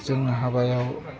जों हाबायाव